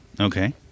Okay